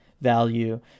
value